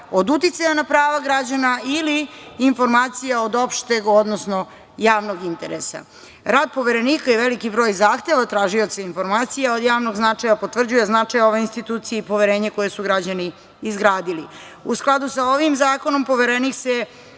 od uticaja na prava građana ili informacija od opšteg, odnosno javnog interesa. Rad Poverenika i veliki broj zahteva tražioca informacija od javnog značaja potvrđuje značaj ove institucije i poverenje koje su građani izgradili. U skladu sa ovim zakonom, Poverenik se